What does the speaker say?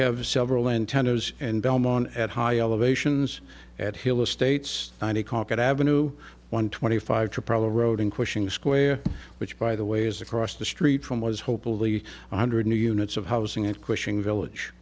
have several antennas and belmont at high elevations at hill estates ninety caught at avenue one twenty five probably road in question square which by the way is across the street from was hopefully one hundred new units of housing at cushing village